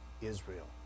Israel